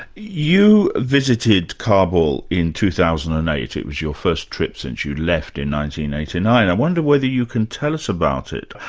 you visited kabul in two thousand and eight, it was your first trip since you left and in eighty nine. i wonder whether you can tell us about it.